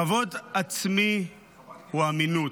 כבוד עצמי הוא אמינות,